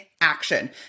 action